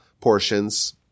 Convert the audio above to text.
portions